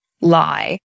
lie